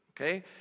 okay